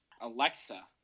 Alexa